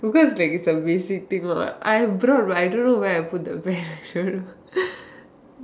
because like it's a basic thing what I brought but I don't know where I put the pen I don't know